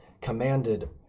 commanded